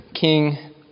King